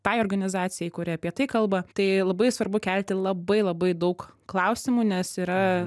tai organizacijai kuri apie tai kalba tai labai svarbu kelti labai labai daug klausimų nes yra